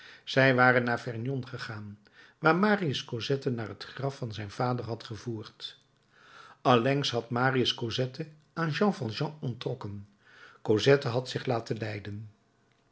zij waren naar vernon gegaan waar marius cosette naar het graf van zijn vader had gevoerd allengs had marius cosette aan jean valjean onttrokken cosette had zich laten leiden